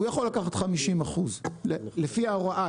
הוא יכול לקחת 50%. לפי ההוראה,